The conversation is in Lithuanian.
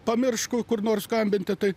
pamiršk kur nors skambinti tai